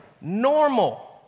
normal